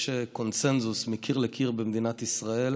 יש קונסנזוס מקיר לקיר במדינת ישראל